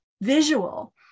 visual